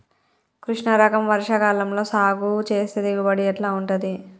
కృష్ణ రకం వర్ష కాలం లో సాగు చేస్తే దిగుబడి ఎట్లా ఉంటది?